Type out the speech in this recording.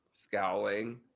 scowling